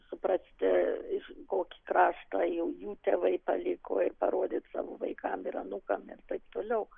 suprasti iš kokį kraštą jau jų tėvai paliko ir parodyt savo vaikam ir anūkam ir taip toliau